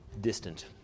distant